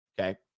Okay